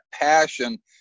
passion